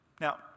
Now